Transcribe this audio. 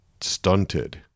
stunted